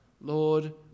Lord